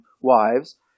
wives